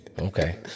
Okay